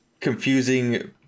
confusing